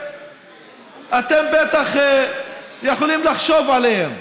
שאתם בטח יכולים לחשוב עליהם,